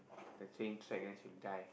the train track and then she die